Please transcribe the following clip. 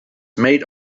made